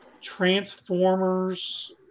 Transformers